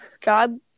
God